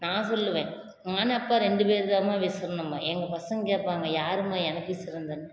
நான் சொல்லுவேன் நான் அப்பா ரெண்டு பேருந்தாம்மா விசிறுனம்பேன் எங்கள் பசங்க கேட்பாங்க யாரும்மா எனக்கு விசுறுனதுன்